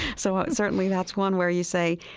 so certainly that's one where you say,